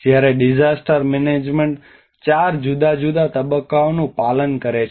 જ્યારે disaster management ચાર જુદા જુદા તબક્કાઓનું પાલન કરે છે